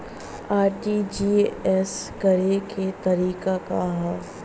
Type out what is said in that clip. RTGS करे के तरीका का हैं?